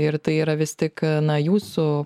ir tai yra vis tik na jūsų